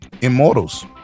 immortals